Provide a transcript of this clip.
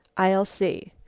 i'll see.